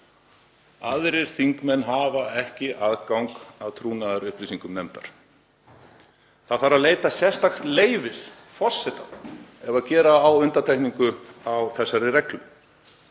„Aðrir þingmenn hafa ekki aðgang að trúnaðarupplýsingum nefndar.“ Það þarf að leita sérstaks leyfis forseta ef gera á undantekningu á þessari reglu.